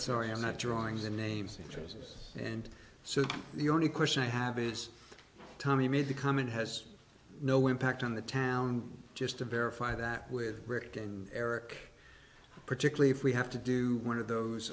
sorry i'm not drawing the names addresses and so the only question i have is tommy made the comment has no impact on the town just to verify that with rick and eric particularly if we have to do one of those